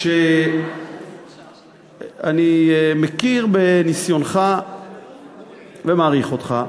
ואני מכיר בניסיונך ומעריך אותך,